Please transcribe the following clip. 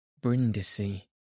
Brindisi